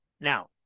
Now